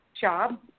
job